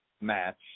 match